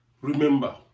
Remember